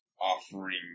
offering